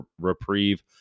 reprieve